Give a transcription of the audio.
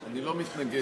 אני לא מתנגד